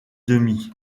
demi